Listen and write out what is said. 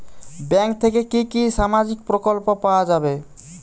Bank থেকে কি কি সামাজিক প্রকল্প পাওয়া যাবে?